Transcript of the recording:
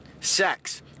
Sex